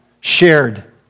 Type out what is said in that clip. shared